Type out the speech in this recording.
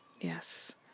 Yes